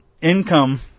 income